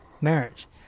marriage